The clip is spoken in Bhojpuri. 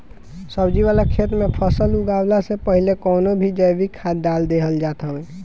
सब्जी वाला खेत में फसल उगवला से पहिले कवनो भी जैविक खाद डाल देहल जात हवे